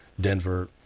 Denver